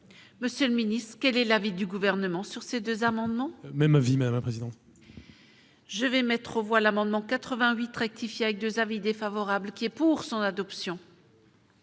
Monsieur le Ministre, quel est l'avis du Gouvernement sur ces deux amendements. Même avis même un président. Je vais mettre aux voix l'amendement 88 rectifié avec 2 avis défavorables qui est pour son adoption.